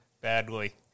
Badly